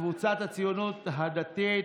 קבוצת סיעת הציונות הדתית: